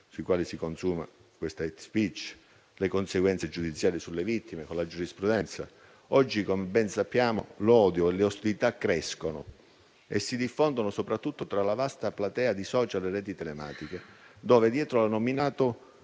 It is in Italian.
su cui si consuma l'*hate speech* e sulle conseguenze giudiziarie sulle vittime, con la giurisprudenza. Oggi, come ben sappiamo, l'odio e le ostilità crescono e si diffondono soprattutto nella vasta platea di *social* e reti telematiche dove, dietro all'anonimato,